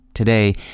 Today